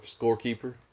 scorekeeper